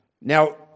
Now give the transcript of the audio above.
Now